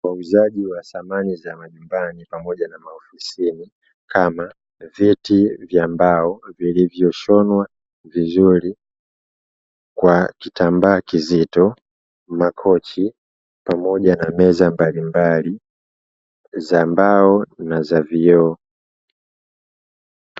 Wauzaji wa samani za majumbani pamoja na maofisini kama viti vya mbao vilivyoshonwa vizuri kwa kitambaa kizito, makochi pamoja na meza mbalimbali za mbao na za vioo.